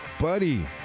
buddy